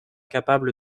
capable